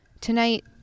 Tonight